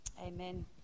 Amen